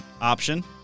option